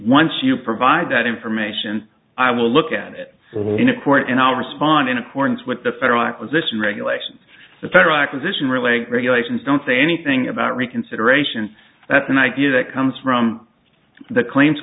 once you provide that information i will look at it in a court and i'll respond in accordance with the federal acquisition regulations the federal acquisition relating regulations don't say anything about reconsideration that's an idea that comes from the claims